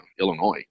Illinois